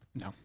No